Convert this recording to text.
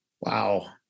Wow